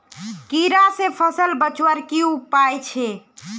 कीड़ा से फसल बचवार की उपाय छे?